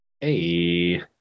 Hey